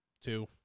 Two